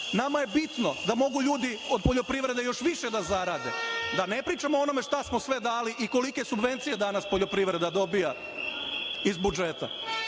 Nama je bitno da mogu ljudi od poljoprivrede još više da zarade, da ne pričamo o onome šta smo sve dali i kolike subvencije danas poljoprivreda dobija iz budžeta.